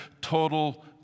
total